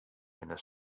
binne